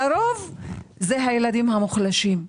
לרוב אלה הילדים המוחלשים.